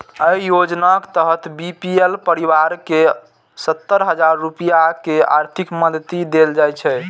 अय योजनाक तहत बी.पी.एल परिवार कें सत्तर हजार रुपैया के आर्थिक मदति देल जाइ छै